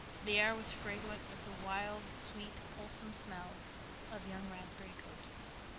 the air was fragrant with the wild, sweet, wholesome smell of young raspberry copses.